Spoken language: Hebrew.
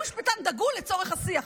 שהוא משפטן דגול לצורך השיח,